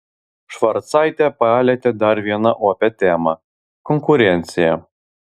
švarcaitė palietė dar vieną opią temą konkurenciją